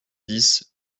dix